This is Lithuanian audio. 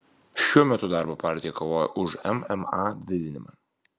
šiuo metu darbo partija kovoja už mma didinimą